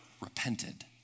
repented